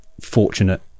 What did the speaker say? fortunate